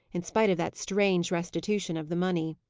in spite of that strange restitution of the money.